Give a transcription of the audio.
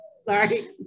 sorry